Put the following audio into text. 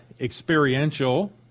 experiential